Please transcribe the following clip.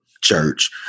church